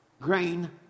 grain